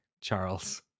Charles